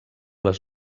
les